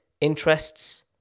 interests